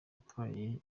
yatwaye